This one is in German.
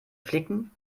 flicken